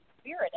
spirit